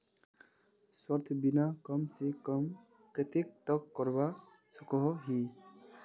स्वास्थ्य बीमा कम से कम कतेक तक करवा सकोहो ही?